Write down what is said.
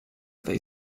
they